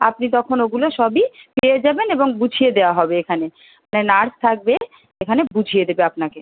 আপনি তখন ওগুলো সবই পেয়ে যাবেন এবং গুছিয়ে দেওয়া হবে এখানে মানে নার্স থাকবে এখানে বুঝিয়ে দেবে আপনাকে